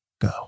Go